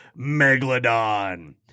Megalodon